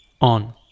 on